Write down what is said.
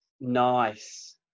nice